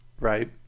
Right